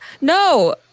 no